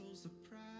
Surprise